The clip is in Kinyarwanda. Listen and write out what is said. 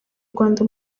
rwanda